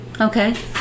Okay